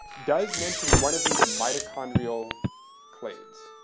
does mention one of these mitochondrial clades.